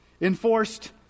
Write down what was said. Enforced